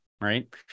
Right